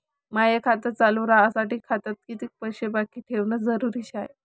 माय खातं चालू राहासाठी खात्यात कितीक पैसे बाकी ठेवणं जरुरीच हाय?